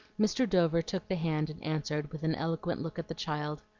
mr. dover took the hand and answered, with an eloquent look at the child